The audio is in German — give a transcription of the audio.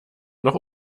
noch